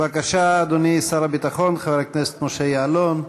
בבקשה, אדוני שר הביטחון חבר הכנסת משה יעלון,